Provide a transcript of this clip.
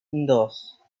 dos